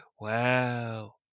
Wow